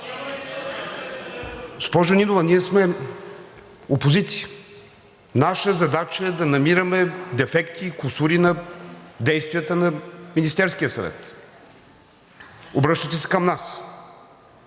Госпожо Нинова, ние сме опозиция. Наша задача е да намираме дефекти, кусури на действията на Министерския съвет. Обръщате се към нас.